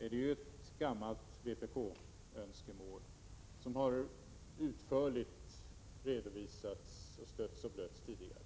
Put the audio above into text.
är det ett gammalt vpk-önskemål som utförligt har redovisats, stötts och blötts tidigare.